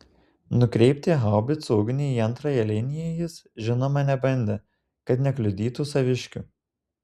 nukreipti haubicų ugnį į antrąją liniją jis žinoma nebandė kad nekliudytų saviškių